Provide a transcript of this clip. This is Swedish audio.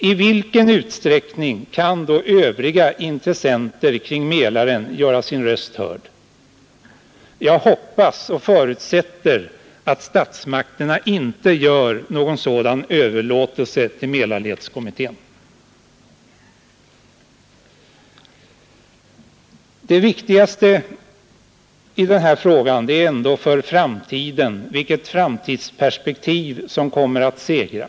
I vilken utsträckning kan då övriga intressenter kring Mälaren göra sin röst hörd? Jag hoppas och förutsätter att statsmakterna inte gör någon sådan överlåtelse till Mälarledskommittén. Det viktigaste i denna fråga är ändå vilket framtidsperspektiv som kommer att segra.